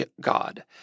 God